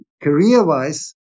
Career-wise